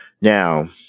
now